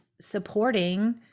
supporting